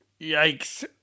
Yikes